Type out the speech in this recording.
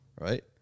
Right